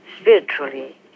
spiritually